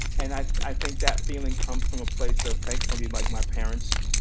and i think that feeling comes from a place of thankfully, like my parents,